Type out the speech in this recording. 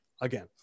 again